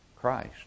Christ